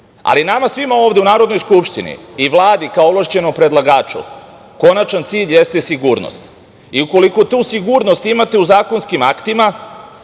ali nama svima ovde u Narodnoj skupštini i Vladi, kao ovlašćenom predlagaču, konačni cilj jeste sigurnost. Ukoliko tu sigurnost imate u zakonskim aktima,